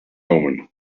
omen